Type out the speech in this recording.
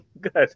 good